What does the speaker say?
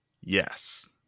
Yes